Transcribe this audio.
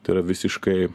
tai yra visiškai